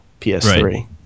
PS3